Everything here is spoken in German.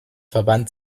verband